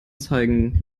zeigen